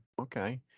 Okay